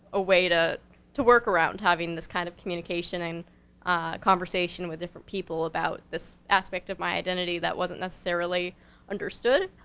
a way to to work around having this kind of communication and conversation with different people about this aspect of my identity that wasn't necessarily understood,